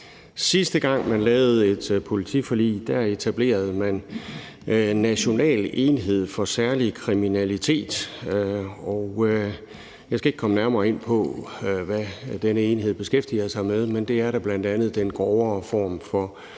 Sidste gang man lavede et politiforlig, etablerede man National enhed for Særlig Kriminalitet, og jeg skal ikke komme nærmere ind på, hvad denne enhed beskæftiger sig med, men det er bl.a. den grovere form for økonomisk kriminalitet.